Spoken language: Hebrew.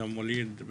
ווליד,